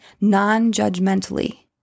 non-judgmentally